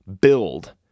build